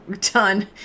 done